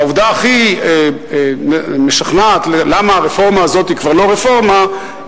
העובדה הכי משכנעת למה הרפורמה הזאת היא כבר לא רפורמה,